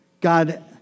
God